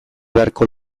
beharko